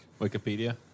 Wikipedia